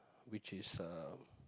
which is uh